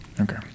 Okay